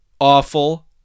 awful